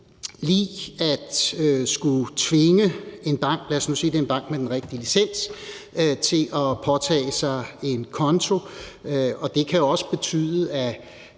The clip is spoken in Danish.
sige, at det er en bank med den rigtige licens – til at påtage sig en konto, og det kan jo også betyde,